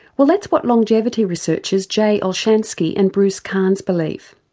well that's what longevity researchers jay olshansky and bruce carnes believe.